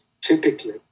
typically